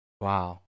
wow